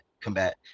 combat